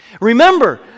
Remember